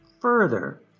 Further